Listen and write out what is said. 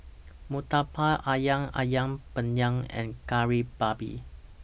Murtabak Ayam Ayam Penyet and Kari Babi